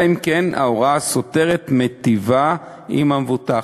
אלא אם כן ההוראה הסותרת מיטיבה עם המבוטח.